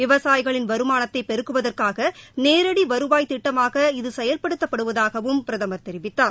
விவசாயிகளின் வருமானத்தை பெருக்குவதற்காக நேரடி வருவாய் திட்டமாக இது செயல்படுத்தப்படுவதாகவும் பிரதமர் தெரிவித்தார்